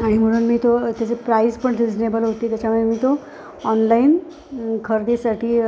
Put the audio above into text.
आणि म्हणून मी तो त्याचे प्राईस पण रिजनेबल होती त्याच्यामुळे मी तो ऑनलाईन खरेदीसाठी